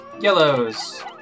Yellows